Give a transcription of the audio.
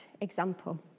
example